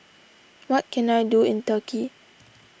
what can I do in Turkey